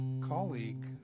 colleague